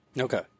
Okay